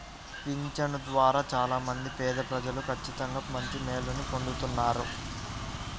పింఛను ద్వారా చాలా మంది పేదప్రజలు ఖచ్చితంగా మంచి మేలుని పొందుతున్నారు